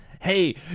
hey